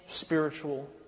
spiritual